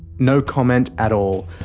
no comment at all,